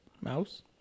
mouse